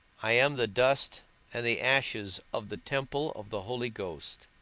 i am the dust and the ashes of the temple of the holy ghost,